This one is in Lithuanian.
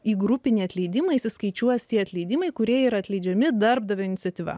į grupinį atleidimą išsiskaičiuos tie atleidimai kurie yra atleidžiami darbdavio iniciatyva